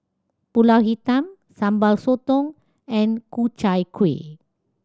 Pulut Hitam Sambal Sotong and Ku Chai Kueh